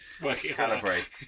calibrate